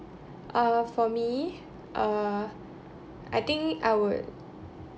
uh for me err I think I would